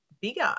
bigger